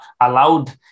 allowed